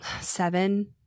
seven